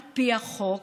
על פי החוק,